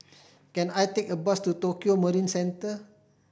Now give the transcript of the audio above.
can I take a bus to Tokio Marine Centre